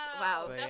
Wow